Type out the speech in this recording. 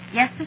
Yes